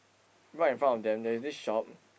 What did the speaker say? right in front of them there is this shop